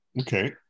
Okay